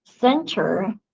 center